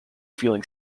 feeling